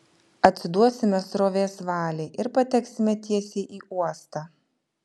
atsiduosime srovės valiai ir pateksime tiesiai į uostą